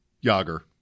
Yager